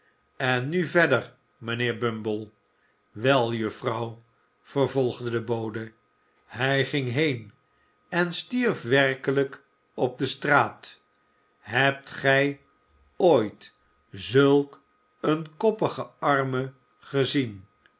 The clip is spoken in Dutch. en nu verder mijnheer bumble wel juffrouw vervolgde de bode hij ging heen en stierf werkelijk op de straat hebt gij ooit zulk een koppigen arme gezien